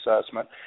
assessment